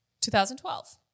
2012